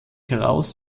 heraus